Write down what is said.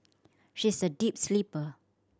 she is a deep sleeper